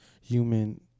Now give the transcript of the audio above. human